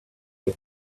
had